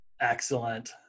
Excellent